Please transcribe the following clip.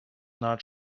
not